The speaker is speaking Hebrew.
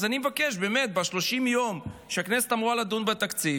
אז אני מבקש, ב-30 יום שהכנסת אמורה לדון בתקציב,